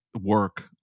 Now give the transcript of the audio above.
work